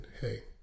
hey